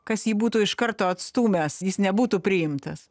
kas jį būtų iš karto atstūmęs jis nebūtų priimtas